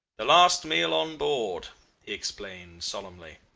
the last meal on board he explained solemnly.